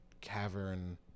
cavern